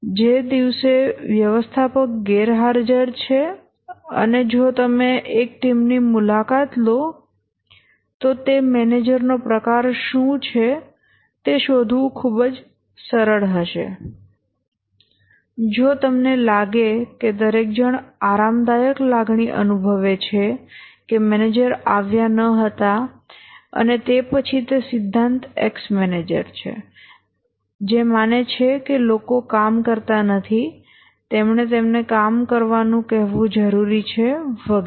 જે દિવસે વ્યવસ્થાપક ગેરહાજર છે અને જો તમે એક ટીમ ની મુલાકાત લો તો તે મેનેજરનો પ્રકાર શું છે તે શોધવું ખૂબ જ સરળ હશે જો તમને લાગે કે દરેક જણ આરામદાયક લાગણી અનુભવે છે કે મેનેજર આવ્યા ન હતા અને તે પછી તે સિદ્ધાંત X મેનેજર છે જે માને છે કે લોકો કામ કરતા નથી તેમણે તેમને કામ કરવાનું કહેવું જરૂરી છે વગેરે